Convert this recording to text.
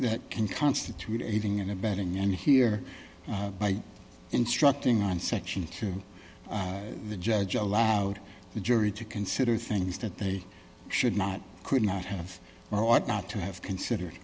can constitute aiding and abetting and here by instructing on section two the judge allowed the jury to consider things that they should not could not have or ought not to have considered